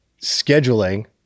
Scheduling